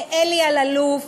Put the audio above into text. לאלי אלאלוף,